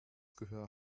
gehör